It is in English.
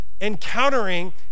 encountering